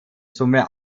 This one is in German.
summe